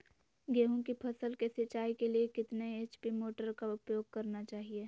गेंहू की फसल के सिंचाई के लिए कितने एच.पी मोटर का उपयोग करना चाहिए?